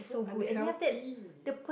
so unhealthy